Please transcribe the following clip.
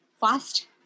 fast